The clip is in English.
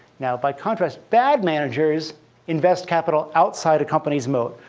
now by contrast, bad managers invest capital outside a company's moat,